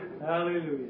Hallelujah